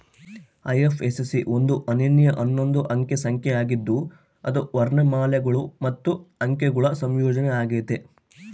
IFSC ಒಂದು ಅನನ್ಯ ಹನ್ನೊಂದು ಅಂಕೆ ಸಂಖ್ಯೆ ಆಗಿದ್ದು ಅದು ವರ್ಣಮಾಲೆಗುಳು ಮತ್ತೆ ಅಂಕೆಗುಳ ಸಂಯೋಜನೆ ಆಗೆತೆ